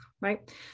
right